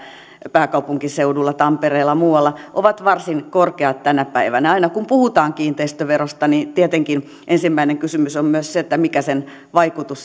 pääkaupunkiseudulla tampereella muualla ovat varsin korkeat tänä päivänä aina kun puhutaan kiinteistöverosta niin tietenkin ensimmäinen kysymys on myös se mikä sen